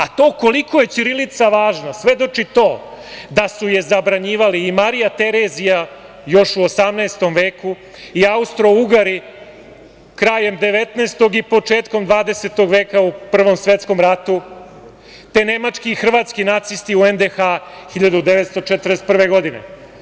A to koliko je ćirilica važna svedoči to da su je zabranjivali i Marija Terezija još u 18. veku i Austrougari krajem 19. i početkom 20. veka u Prvom svetskom ratu, te nemački i hrvatski nacisti u NDH 1941. godine.